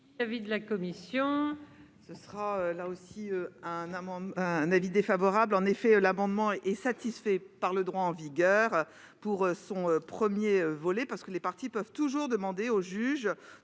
l'avis de la commission ?